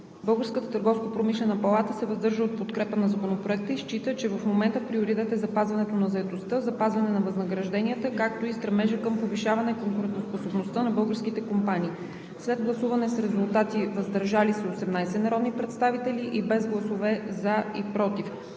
Българската търговско-промишлена палата се въздържа от подкрепа на Законопроекта и счита, че в момента приоритет е запазването на заетостта, запазване на възнагражденията, както и стремежът към повишаване конкурентоспособността на българските компании. След гласуване с резултати 18 гласа „въздържал се“ и без гласове „за“ и „против”,